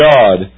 God